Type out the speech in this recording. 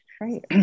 Great